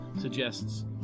suggests